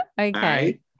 okay